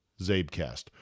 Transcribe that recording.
ZabeCast